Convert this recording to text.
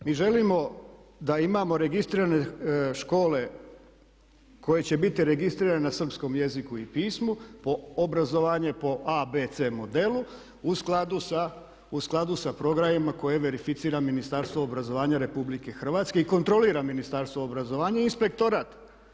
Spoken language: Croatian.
Mi želimo da imamo registrirane škole koje će biti registrirane na srpskom jeziku i pismu, obrazovanje po A, B, C modelu u skladu sa programima koje verificira Ministarstvo obrazovanja RH i kontrolira Ministarstvo obrazovanja i inspektorat.